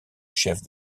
chef